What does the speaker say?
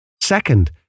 Second